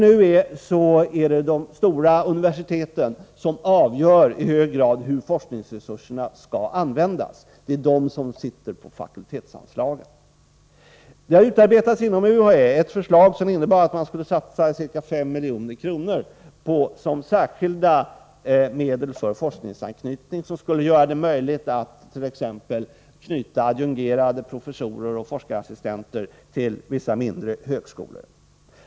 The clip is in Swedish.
Nu är det de stora universiteten som i hög grad avgör hur forskningsresurserna skall användas, och det är de som sitter på fakultetsanslagen. Det har inom UHÄ utarbetats ett förslag som innebär att man skulle satsa ca 5 milj.kr. till särskilda medel för forskningsanknytning som skulle göra det möjligt att t.ex. knyta adjungerade professorer och forskarassistenter till vissa mindre högskolor.